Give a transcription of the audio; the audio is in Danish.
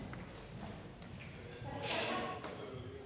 Tak